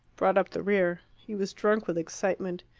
brought up the rear. he was drunk with excitement.